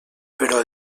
però